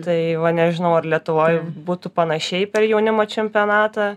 tai va nežinau ar lietuvoj būtų panašiai per jaunimo čempionatą